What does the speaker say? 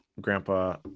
grandpa